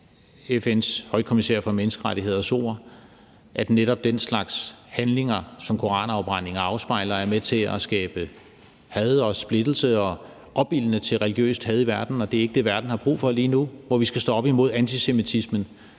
FN's Højkommissær for Menneskerettigheders ord, at netop den slags handlinger, som koranafbrændinger afspejler, er med til at skabe had og splittelse og at opildne til religiøst had i verden. Og det er ikke det, verden har brug for lige nu, hvor vi skal stå op imod antisemitismen,